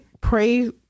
pray